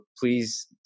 please